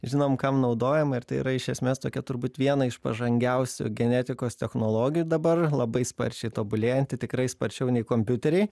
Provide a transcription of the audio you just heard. žinom kam naudojama ir tai yra iš esmės tokia turbūt viena iš pažangiausių genetikos technologijų dabar labai sparčiai tobulėjanti tikrai sparčiau nei kompiuteriai